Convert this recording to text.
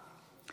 אינו נוכח